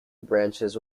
branches